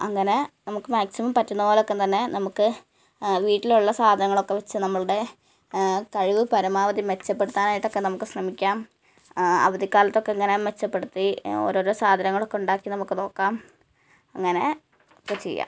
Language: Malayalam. അങ്ങനെ നമുക്ക് മാക്സിമം പറ്റുന്ന പോലെ ഒക്കെ തന്നെ നമുക്ക് വീട്ടിലുള്ള സാധനങ്ങളൊക്കെ വച്ച് നമ്മളുടെ കഴിവ് പരമാവധി മെച്ചപ്പെടുത്താനായിട്ട് ഒക്കെ നമുക്ക് ശ്രമിക്കാം അവധിക്കാലത്തൊക്കെ ഇങ്ങനെ മെച്ചപ്പെടുത്തി ഓരോരോ സാധനങ്ങളൊക്കെ ഉണ്ടാക്കി നമുക്ക് നോക്കാം അങ്ങനെ ഒക്കെ ചെയ്യാം